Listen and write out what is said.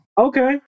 Okay